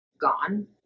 gone